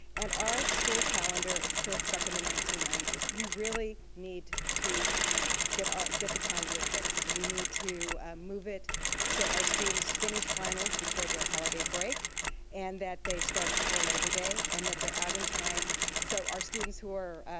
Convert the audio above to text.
and our school calendar is still stuck in the nineteen ninety s. we really need to get our, get the calendar fixed, we need to move it so our students finish finals before the holiday break and that they start before labor day, and that they're out in time so our students who are,